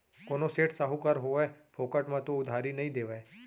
कोनो सेठ, साहूकार होवय फोकट म तो उधारी नइ देवय